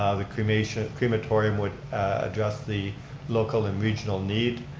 ah the crematorium crematorium would address the local and regional need.